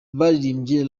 baririmbye